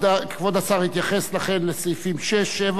כבוד השר התייחס לכן לסעיפים 6, 7,